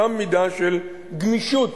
גם מידה של גמישות,